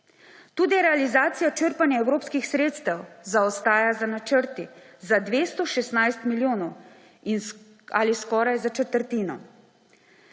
Tudi realizacija črpanja evropskih sredstev zaostaja za načrti za 216 milijonov ali skoraj za četrtino.